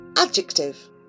Adjective